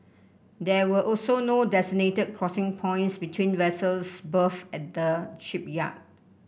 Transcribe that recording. there were also no designated crossing points between vessels berthed at the shipyard